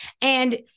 And-